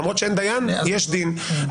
למרות שאין דיין יש דין.